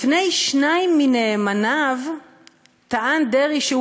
לפני שניים מנאמניו טען דרעי שהוא